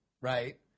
right